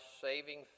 saving